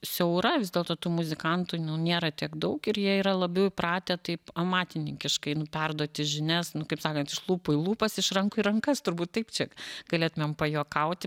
siaura vis dėlto tų muzikantų nu nėra tiek daug ir jie yra labiau įpratę taip amatininkiškai nu perduoti žinias kaip sakant iš lūpų į lūpas iš rankų į rankas turbūt taip čia galėtumėm pajuokauti